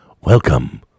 Welcome